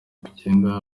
kugenda